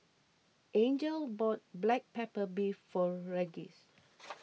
Angel bought Black Pepper Beef for Regis